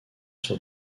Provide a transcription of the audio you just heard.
sur